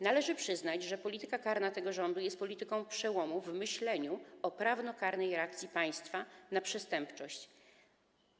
Należy przyznać, że polityka karna tego rządu jest polityką przełomu w myśleniu o prawnokarnej reakcji państwa na przestępczość.